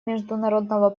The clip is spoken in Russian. международного